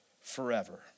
forever